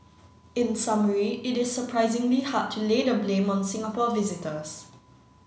in summary it is surprisingly hard to lay the blame on Singapore visitors